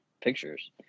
pictures